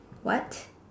what